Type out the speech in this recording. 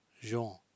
Jean